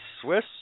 Swiss